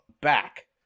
back